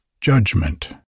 judgment